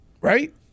right